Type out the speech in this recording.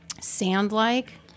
sand-like